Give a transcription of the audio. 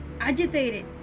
agitated